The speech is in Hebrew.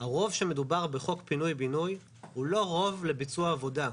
הרוב שמדובר בחוק פינוי בינוי הוא לא רוב לביצוע עבודה.